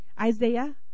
Isaiah